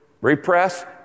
repress